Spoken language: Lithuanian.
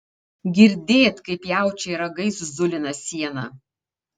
girdėt kaip jaučiai ragais zulina sieną